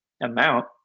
amount